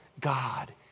God